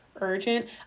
urgent